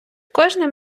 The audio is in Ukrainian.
кожним